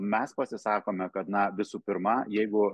mes pasisakome kad na visų pirma jeigu